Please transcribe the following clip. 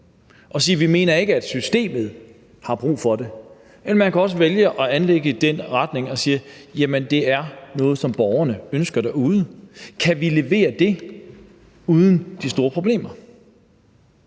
og sige, at vi ikke mener, at systemet har brug for det, eller man kan også vælge at anlægge den retning og sige, at det er noget, som borgerne derude ønsker: Kan vi levere det uden de store problemer?